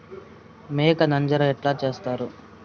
మేక నంజర ఎట్లా సేస్తారు?